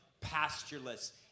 pastureless